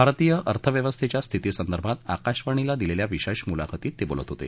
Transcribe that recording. भारतीय अर्थव्यवस्थेच्या स्थितीसंदर्भात आकाशवाणीला दिलेल्या विशेष मुलाखतीत ते बोलत होते